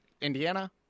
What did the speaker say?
Indiana